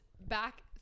back